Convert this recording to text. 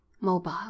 mobile